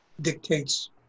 dictates